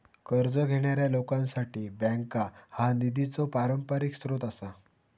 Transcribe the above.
कर्ज घेणाऱ्या लोकांसाठी बँका हा निधीचो पारंपरिक स्रोत आसा